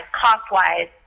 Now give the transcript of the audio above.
cost-wise